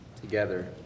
together